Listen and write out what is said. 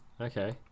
Okay